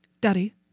daddy